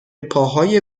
پاهای